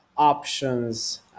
options